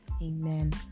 Amen